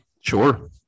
Sure